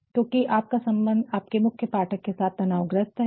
क्योंकि आपका सम्बन्ध आपके मुख्य पाठक के साथ तनाव ग्रस्त हैं